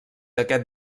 aquest